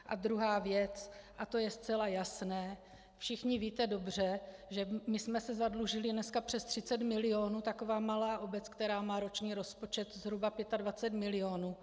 A druhá věc, a to je zcela jasné, všichni víte dobře, že my jsme se zadlužili dneska přes 30 mil., taková malá obec, která má roční rozpočet zhruba 25 mil.